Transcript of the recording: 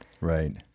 Right